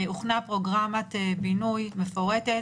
הוכנה פרוגרמת בינוי מפורטת